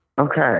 Okay